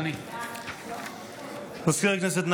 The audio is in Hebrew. מזכיר הכנסת,